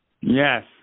Yes